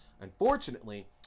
Unfortunately